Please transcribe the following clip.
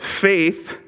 faith